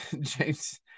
James